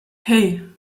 hei